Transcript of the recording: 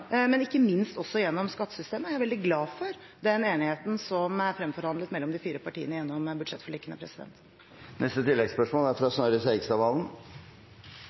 ikke minst også gjennom skattesystemet. Jeg er veldig glad for den enigheten som er fremforhandlet mellom de fire partiene gjennom budsjettforlikene.